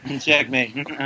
Checkmate